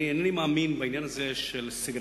אינני מאמין בעניין של סגרגציה,